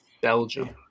Belgium